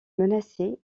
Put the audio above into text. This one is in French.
menacée